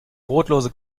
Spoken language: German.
brotlose